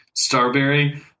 Starberry